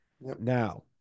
Now